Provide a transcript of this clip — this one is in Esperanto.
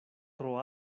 tro